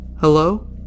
Hello